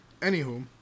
Anywho